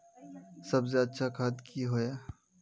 सबसे अच्छा खाद की होय?